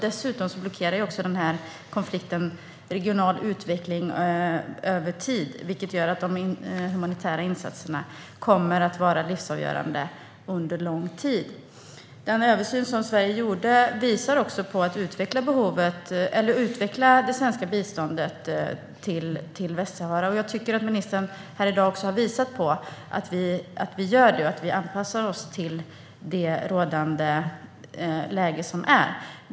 Dessutom blockerar konflikten regional utveckling över tid, vilket gör att de humanitära insatserna kommer att vara livsavgörande under lång tid. Den översyn som Sverige gjorde visar också på behovet av en utveckling av det svenska biståndet till Västsahara. Jag tycker att ministern här i dag också har visat att vi gör det och att vi anpassar oss till det rådande läget.